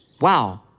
Wow